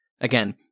again